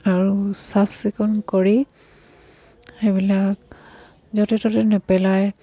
আৰু চাফ চিকুণ কৰি সেইবিলাক য'তে ত'তে নেপেলাই